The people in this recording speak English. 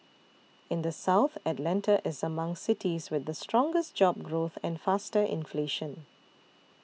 in the South Atlanta is among cities with the strongest job growth and faster inflation